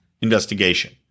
investigation